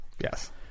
Yes